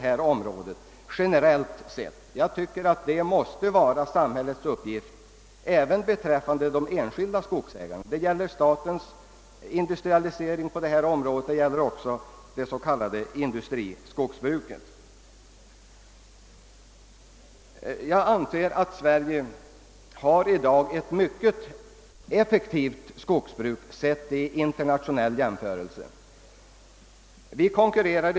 Jag tycker att detta helt naturligt måste vara samhällets uppgift såväl när det gäller enskilt skogsbruk som statens företag och det s.k. industriskogsbruket. Sveriges skogsbruk framstår vid en internationell jämförelse som mycket effektivt.